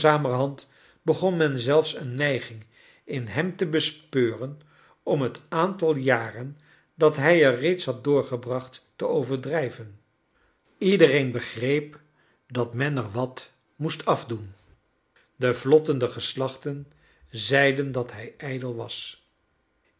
begon men zelfs een neiging in hem te besjpeuren om het aantal jaren dat hij er reeds had doorgebracht te overdrijven iedereen begreep dat men er wat moest afdoen de vlottende geslachten zeiden dat hij ijdel was